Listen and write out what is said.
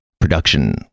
production